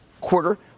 quarter